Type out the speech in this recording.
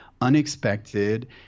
unexpected